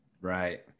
Right